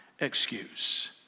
excuse